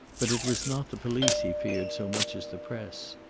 but it was not the police he feared so much as the press.